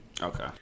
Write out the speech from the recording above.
Okay